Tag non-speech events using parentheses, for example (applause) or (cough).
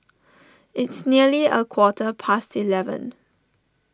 (noise) its nearly a quarter past eleven